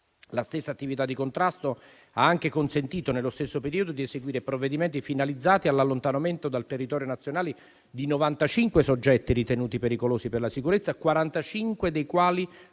La stessa attività di contrasto ha anche consentito, nel medesimo periodo, di eseguire provvedimenti finalizzati all'allontanamento dal territorio nazionale di 95 soggetti ritenuti pericolosi per la sicurezza, 45 dei quali